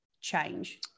change